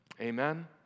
Amen